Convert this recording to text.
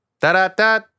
Da-da-da